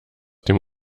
dem